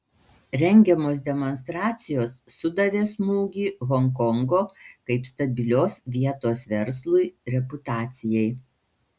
rengiamos demonstracijos sudavė smūgį honkongo kaip stabilios vietos verslui reputacijai